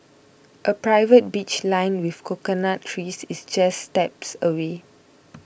a private beach lined with coconut trees is just steps away